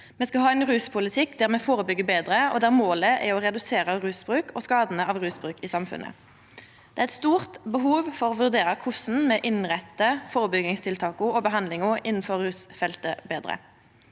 Me skal ha ein ruspolitikk der me førebyggjer betre, og der målet er å redusera rusbruken og skadane av rusbruken i samfunnet. Det er eit stort behov for å vurdera korleis me betre innrettar førebyggingstiltaka og behandlingane innanfor rusfeltet.